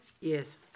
Yes